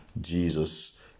Jesus